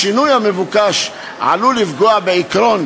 השינוי המבוקש עלול לפגוע בעקרון